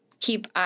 keep